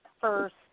first